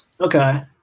okay